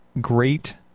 great